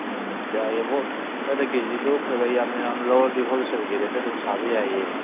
ꯎꯝ ꯌꯥꯏꯌꯦ ꯍꯣ ꯅꯣꯏꯅ ꯀꯦꯖꯤꯗꯣ ꯈꯔ ꯈꯔ ꯌꯥꯝꯅ ꯌꯥꯝꯅ ꯂꯧꯔꯗꯤ ꯍꯣꯜꯁꯦꯜꯒꯤ ꯔꯦꯠꯇ ꯑꯗꯨꯝ ꯁꯥꯕ ꯌꯥꯏꯌꯦ